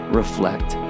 reflect